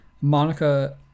Monica